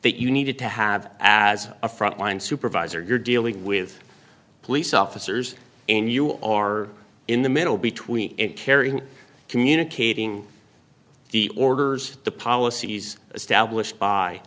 that you needed to have as a frontline supervisor you're dealing with police officers and you are in the middle between caring communicating the orders the policies established by